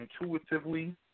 intuitively